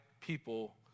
people